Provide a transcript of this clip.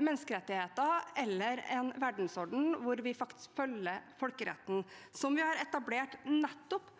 menneskerettigheter eller en verdensorden hvor vi faktisk følger folkeretten, som vi har etablert for nettopp